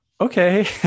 okay